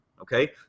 Okay